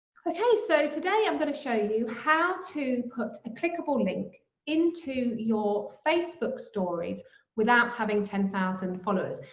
okay, so today, i'm gonna show you how to put a clickable link into your facebook stories without having ten thousand followers.